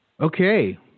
Okay